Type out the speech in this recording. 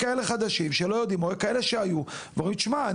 בין כאלה חדשים שלא יודעים או כאלה שהיו ואומרים תשמע,